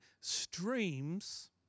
streams